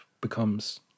becomes